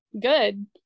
good